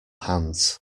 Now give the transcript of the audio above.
hands